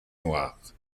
noires